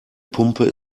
pumpe